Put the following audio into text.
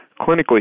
clinically